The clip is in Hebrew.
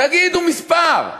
תגידו מספר.